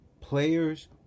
players